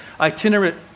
itinerant